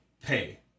pay